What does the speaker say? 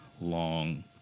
long